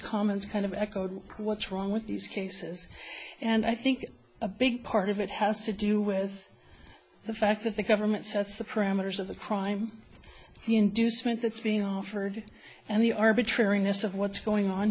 comments kind of echoed what's wrong with these cases and i think a big part of it has to do with the fact that the government sets the parameters of the crime the inducement that's being offered and the arbitrariness of what's going on